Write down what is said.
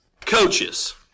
coaches